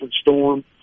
Storm